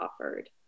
offered